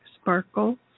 Sparkle